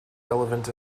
relevant